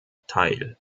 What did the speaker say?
teil